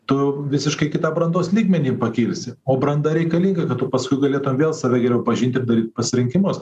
tu visiškai kitą brandos lygmenį pakilsi o branda reikalinga kad tu paskui galėtum vėl save geriau pažint ir daryt pasirinkimas